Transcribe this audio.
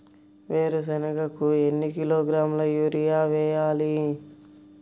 వేరుశనగకు ఎన్ని కిలోగ్రాముల యూరియా వేయాలి?